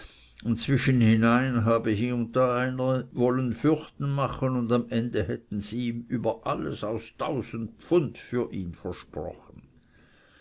habe hie und da einer ihn wollen zu fürchten machen und am ende hätten sie ihm über alles aus tausend pfund für ihn versprochen